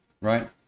Right